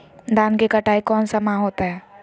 धान की कटाई कौन सा माह होता है?